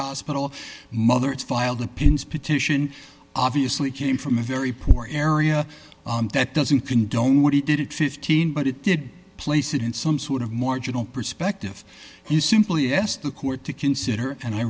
hospital mother it's filed the pins petition obviously came from a very poor area that doesn't condone what he did it fifteen but it did place it in some sort of marginal perspective you simply asked the court to consider and i